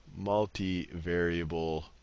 Multivariable